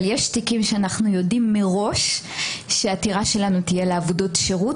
אבל יש תיקים שאנחנו יודעים מראש שהעתירה שלנו תהיה לעבודות שירות,